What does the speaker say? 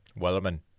Wellerman